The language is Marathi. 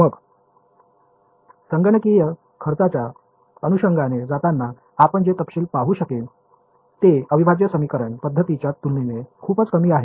मग संगणकीय खर्चाच्या अनुषंगाने जाताना आपण जे तपशील पाहू शकेन ते अविभाज्य समीकरण पद्धतींच्या तुलनेत खूपच कमी आहे